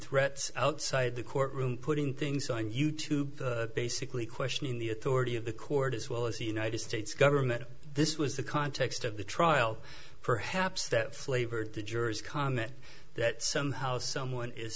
threats outside the court room putting things on you tube basically questioning the authority of the court as well as the united states government this was the context of the trial perhaps that flavored the jurors comment that somehow someone is